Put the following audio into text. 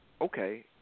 okay